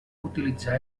utilitzar